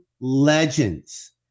legends